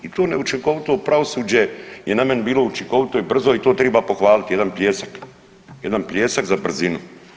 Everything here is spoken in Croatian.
I to neučinkovito pravosuđe je na meni bilo učinkovito i brzo i to triba pohvaliti, jedan pljesak, jedan pljesak za brzinu.